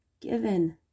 given